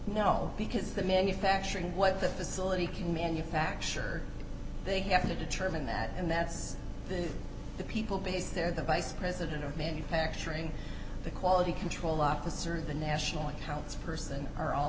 know because the manufacturing what the facility can manufacture they have to determine that and that's been the people base their the vice president of manufacturing the quality control officer the national accounts person are all